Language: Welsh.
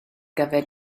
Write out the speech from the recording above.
gyfer